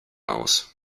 aus